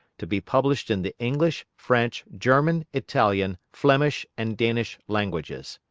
to be published in the english, french, german, italian, flemish and danish languages.